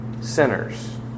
sinners